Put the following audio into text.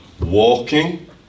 walking